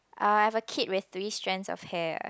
I have a kid with three strands of hair